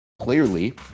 clearly